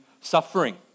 suffering